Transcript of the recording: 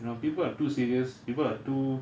you know people are too serious people are too